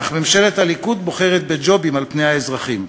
אך ממשלת הליכוד בוחרת בג'ובים על פני האזרחים.